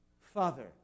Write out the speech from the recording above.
Father